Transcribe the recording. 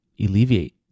Alleviate